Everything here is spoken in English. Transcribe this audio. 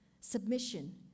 submission